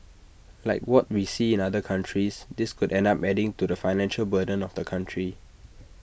like what we see in other countries this could end up adding to the financial burden of the country